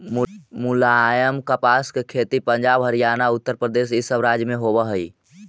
मुलायम कपास के खेत पंजाब, हरियाणा, उत्तरप्रदेश इ सब राज्य में होवे हई